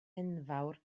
enfawr